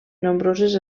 nombroses